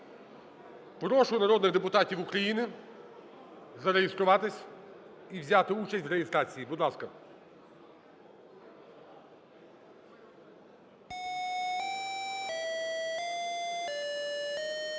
Прошу народних депутатів України зареєструватись і взяти участь в реєстрації, будь ласка. 12:33:18